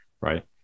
right